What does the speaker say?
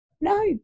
No